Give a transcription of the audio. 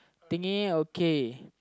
thingy okay